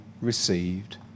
received